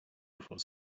before